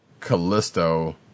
Callisto